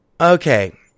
Okay